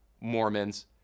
Mormons